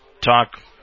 talk